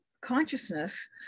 consciousness